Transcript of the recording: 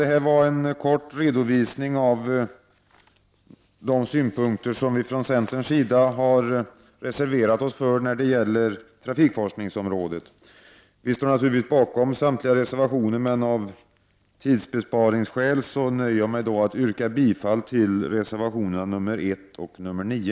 Detta var en kort redovisning av de synpunkter som vi från centerns sida har reserverat oss för när det gäller trafikforskningsområdet. Vi står naturligtvis bakom samtliga reservationer, men av tidsbesparingsskäl nöjer jag mig med att yrka bifall till reservationerna 1 och 9.